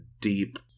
deep